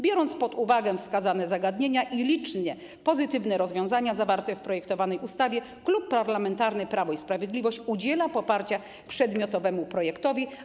Biorąc pod uwagę wskazane zagadnienia i licznie pozytywne rozwiązania zawarte w projektowanej ustawie, Klub Parlamentarny Prawo i Sprawiedliwość udziela poparcia przedmiotowemu projektowi.